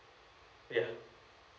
ya